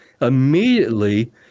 immediately